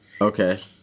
Okay